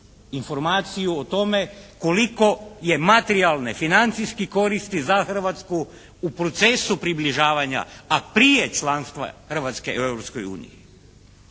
informaciju o tome koliko je materijalne, financijske koristi za Hrvatsku u procesu približavanja, a prije članstva Hrvatske u